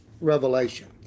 Revelation